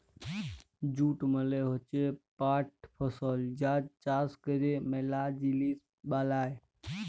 jute মালে হচ্যে পাট ফসল যার চাষ ক্যরে ম্যালা জিলিস বালাই